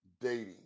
dating